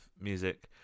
music